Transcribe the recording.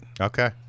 Okay